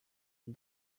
and